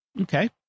Okay